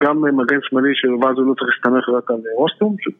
גם עם מגן שמאלי שלו, ואז הוא לא צריך להסתמך רק על אירוסטרום